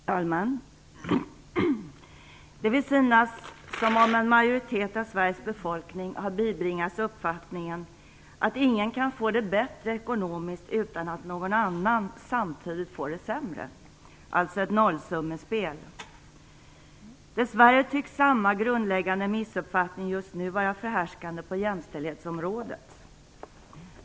Fru talman! Det vill synas som om en majoritet av Sveriges befolkning har bibringats uppfattningen att ingen kan få det bättre ekonomiskt utan att någon annan samtidigt får det sämre, alltså ett nollsummespel. Dess värre tycks samma grundläggande missuppfattning just nu vara förhärskande på jämställdhetsområdet.